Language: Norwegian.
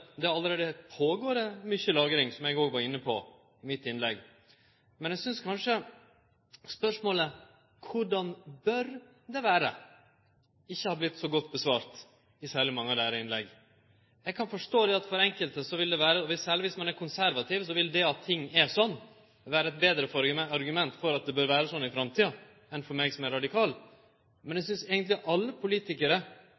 det allereie pågår mykje lagring, som eg òg var inne på i mitt innlegg. Men eg synest kanskje spørsmålet om korleis det bør vere, ikkje har vorte så godt besvart i særleg mange av deira innlegg. Eg kan forstå at for enkelte – særleg dersom ein er konservativ – vil det at ting er sånn, vere eit betre argument for at det bør vere sånn i framtida, enn for meg som er radikal. Men